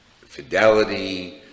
Fidelity